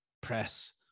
press